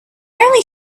only